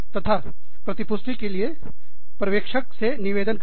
तथा प्रति पुष्टि के लिए पर्यवेक्षक से निवेदन करें